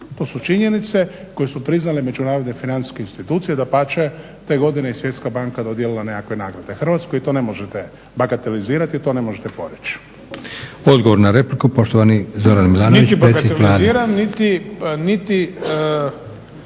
To su činjenice koje su priznale međunarodne financijske institucije, dapače te godine je i Svjetska banka dodijelila nekakve nagrade Hrvatskoj i to ne možete bagatelizirati, to ne možete poreći. **Leko, Josip (SDP)** Odgovor na repliku poštovani Zoran Milanović, predsjednik Vlade.